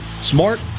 smart